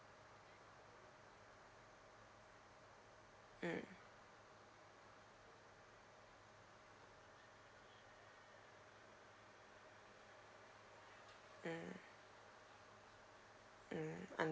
mm mm mm